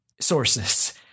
sources